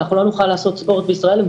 ואנחנו לא נוכל לעשות ספורט בישראל,